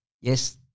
Yes